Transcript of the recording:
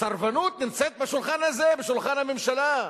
הסרבנות נמצאת בשולחן הזה, בשולחן הממשלה.